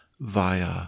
via